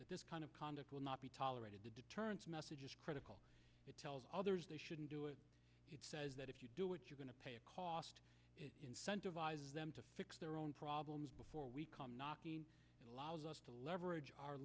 that this kind of conduct will not be tolerated the deterrence message is critical it tells others they shouldn't do it it says that if you do it you're going to pay a cost incentivize them to fix their own problems before we come knocking allows us to leverage